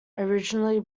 originally